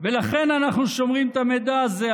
ולכן אנחנו שומרים את המידע הזה,